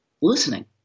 listening